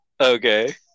Okay